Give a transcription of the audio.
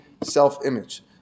self-image